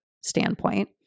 standpoint